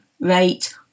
rate